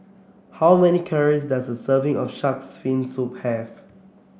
how many calories does a serving of shark's fin soup have